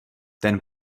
ten